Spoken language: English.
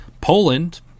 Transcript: Poland